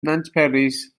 nantperis